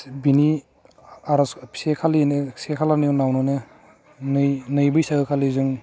बिनि आर'ज से खालिनो से खालारनि उनाव मोनो नै नै बैसागो खालि जों